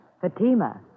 Fatima